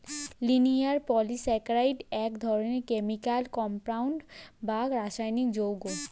linear polysaccharide এক ধরনের chemical compound বা রাসায়নিক যৌগ